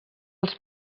els